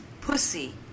Pussy